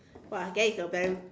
!wah! that is a very